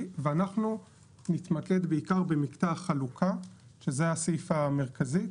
ואנחנו נתמקד בעיקר במקטע החלוקה שזה הסעיף המרכזי.